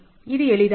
இது எளிதானது